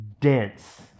dense